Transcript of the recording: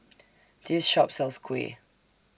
This Shop sells Kuih